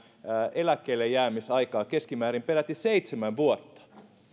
eläkkeellejäämisaikaa keskimäärin peräti seitsemän vuotta